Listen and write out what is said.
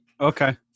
Okay